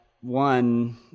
one